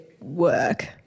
work